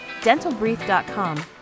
dentalbrief.com